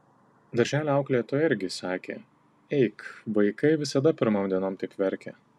darželio auklėtoja irgi sakė eik vaikai visada pirmom dienom taip verkia